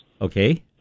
okay